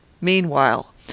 Meanwhile